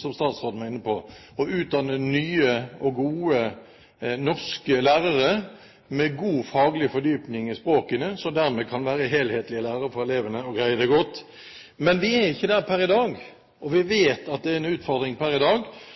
som statsråden var inne på, å utdanne nye og gode norske lærere med god faglig fordypning i språk, og som dermed kan være helhetlige lærere for elevene, og greie det godt. Men vi er ikke der per i dag, og vi vet at det er en utfordring,